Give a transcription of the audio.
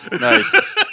Nice